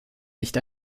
nicht